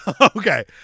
Okay